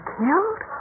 killed